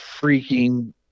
freaking